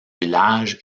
village